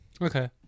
Okay